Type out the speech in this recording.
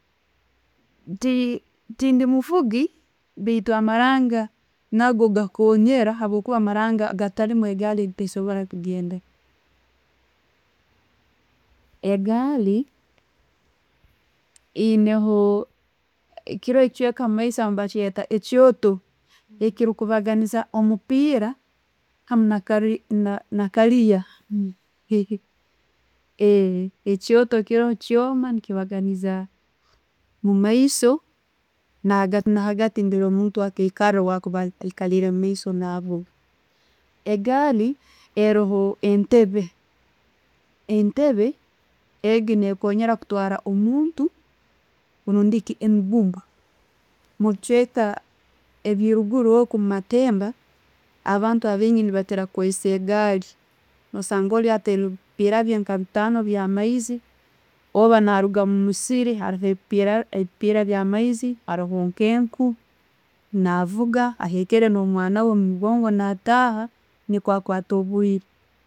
Tindi muvuki baitu amaranga nago gakonyera habwokuba amaranga gatali mugaali tesobora kugenda. Egaali eyineho ekiroho ekichweka mumaiso aho ne'bakeitta ekyooto ekirubaganiiza omupiira hamu na carrier. Ekyooto kyo kyooma ne'kibaganiiza mumaiso nagati nagati omuntu akwekaara bwakuba hali mumaiso na'vuuga. Egaali eroho entebe, entebe egyo ne'konyera kutwara omuntu rundi ki emigugu. Mubichwweka ebyo ruguru rundi mumatemba, abantu abaingi nebakira kukosesa egaali. No'sanga oli ateire ebipiira bye ebyamaizi orba na ruga omumusiiri ateireho ebipiira e'bya ebyamaizi, haroho nke'nku avuuga ahekere no'mwana we omumugonngo na'taaha nikwo akwate obwiire.